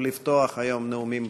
מנואל טרכטנברג,